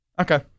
Okay